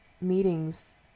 meetings